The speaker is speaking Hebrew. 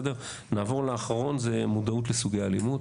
נעבור לאחרון, זה מודעות לסוגי אלימות.